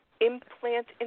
implant